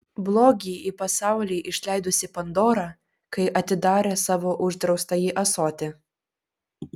blogį į pasaulį išleidusi pandora kai atidarė savo uždraustąjį ąsotį